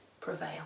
prevail